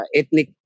ethnic